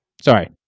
Sorry